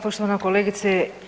Poštovana kolegice.